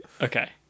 Okay